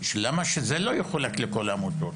למה שזה לא יחולק לכל העמותות?